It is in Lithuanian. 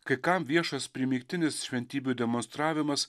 kai kam viešas primygtinis šventybių demonstravimas